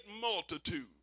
multitude